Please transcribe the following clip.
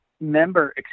member